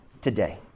today